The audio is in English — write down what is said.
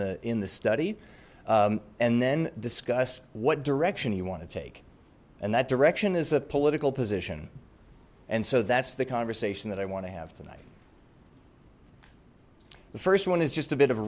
the in the study and then discuss what direction you want to take and that direction is a political position and so that's the conversation that i want to have tonight the first one is just a bit of